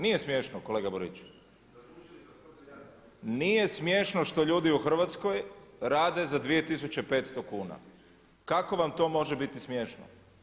Nije smiješno kolega Borić, nije smiješno što ljudi u Hrvatskoj rade za 2500 kuna, kako vam to može biti smiješno?